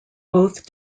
both